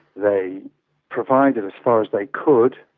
they provided, as far as they could,